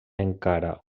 encara